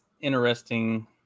interesting